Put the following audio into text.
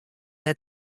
wer